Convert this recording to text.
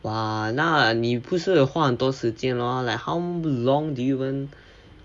!wah! 那你不是花很多时间 lor like how long do you wan~